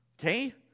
Okay